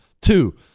Two